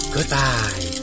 Goodbye